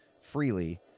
freely